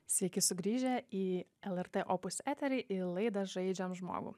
sveiki sugrįžę į lrt opus eterį į laidą žaidžiam žmogų